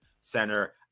center